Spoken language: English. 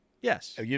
Yes